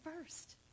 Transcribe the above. first